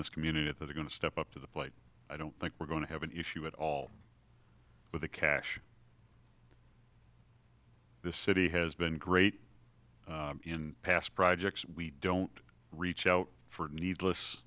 this community that are going to step up to the plate i don't think we're going to have an issue at all with the cash the city has been great in past projects we don't reach out for needless